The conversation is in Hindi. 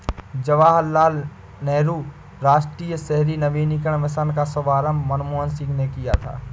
जवाहर लाल नेहरू राष्ट्रीय शहरी नवीकरण मिशन का शुभारम्भ मनमोहन सिंह ने किया था